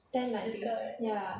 ten I think ya